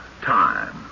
time